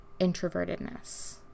introvertedness